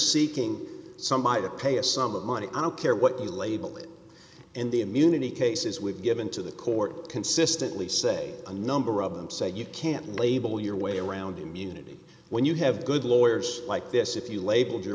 seeking some either pay a sum of money on a care what you label it and the immunity cases we've given to the court consistently say a number of them say you can't label your way around immunity when you have good lawyers like this if you labeled your